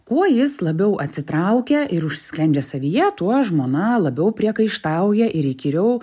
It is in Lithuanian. kuo jis labiau atsitraukia ir užsisklendžia savyje tuo žmona labiau priekaištauja ir įkyriau